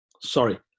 sorry